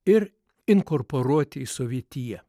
ir inkorporuoti į sovietiją